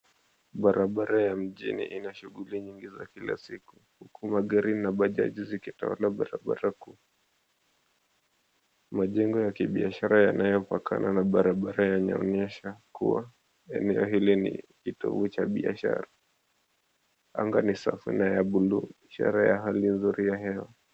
Barabara ya mjini ina shughuli nyingi za kila siku, huku magari na bajaji zikitawala barabara kuu. Majengo ya kibiashara yanayopakana na barabara yanaonyesha kuwa eneo hili ni kitovu cha biashara. Anga ni safi na ya bluu, ishara ya hali nzuri ya hewa.